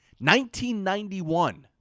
1991